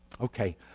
Okay